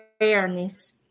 awareness